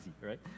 right